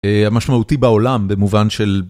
המשמעותי בעולם במובן של.